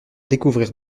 découvrir